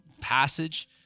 passage